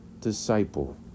disciple